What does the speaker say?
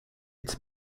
its